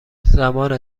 زمان